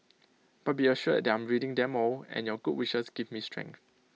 but be assured that I'm reading them all and your good wishes give me strength